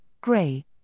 gray